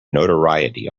notoriety